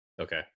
Okay